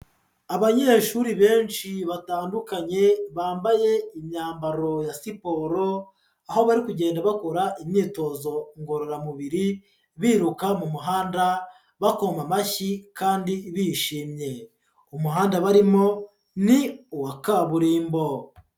Abanyeshuri benshi batandukanye bambaye imyambaro ya siporo, aho bari kugenda bakora imyitozo ngororamubiri biruka mumuhanda, bakoma amashyi kandi bishimye, umuhanda barimo ni uwa kaburimbo.